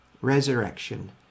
resurrection